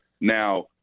Now